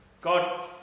God